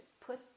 put